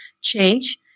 change